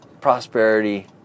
prosperity